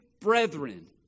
brethren